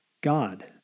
God